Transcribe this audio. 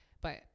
But-